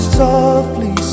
softly